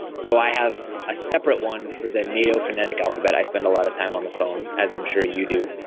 so i have a separate one for the nato phonetic alphabet. i spend a lot of time on the phone as i'm sure you do.